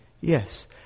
Yes